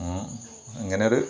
അങ്ങനെ ഒരു